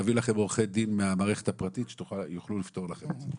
נביא לכם עורכי דין מהמערכת הפרטית שיוכלו לפתור לכם את זה.